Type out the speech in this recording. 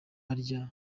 yahya